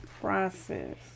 process